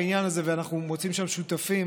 ואנחנו מוצאים שם שותפים